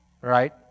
right